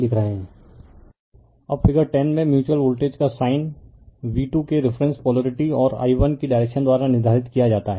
refer slide time 1227 अब figure 10 में mutual voltage का साइन v2 के रिफरेन्स पोलारिटी और i1 की डायरेक्शन द्वारा निर्धारित किया जाता है